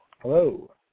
Hello